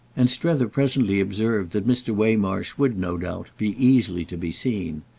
and strether presently observed that mr. waymarsh would, no doubt, be easily to be seen.